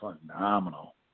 phenomenal